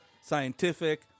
scientific